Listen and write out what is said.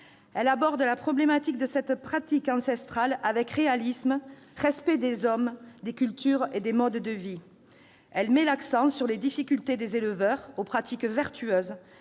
aborde la problématique de cette pratique ancestrale avec réalisme, respect des hommes, des cultures et des modes de vie. Elle met l'accent sur les difficultés des éleveurs aux pratiques vertueuses